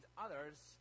others